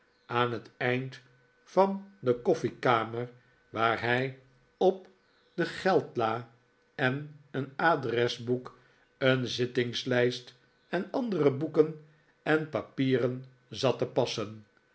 aan het eind van de koffiekamer waar hij op de geldla en een adresboek een zittingslijst en andere boeken en papieren zat te passen